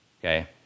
Okay